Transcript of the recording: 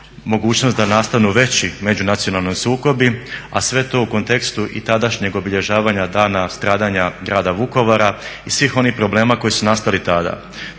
mogućnost da nastanu veći međunacionalni sukobi a sve to u kontekstu i tadašnjeg obilježavanja Dana stradanja Grada Vukovara i svih onih problema koji su nastali tada.